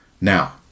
Now